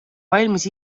valmis